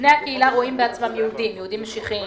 בני הקהילה רואים את עצמם יהודים, לכן,